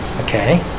Okay